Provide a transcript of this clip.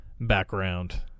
background